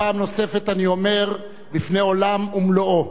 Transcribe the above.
פעם נוספת אני אומר בפני עולם ומלואו,